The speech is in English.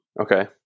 okay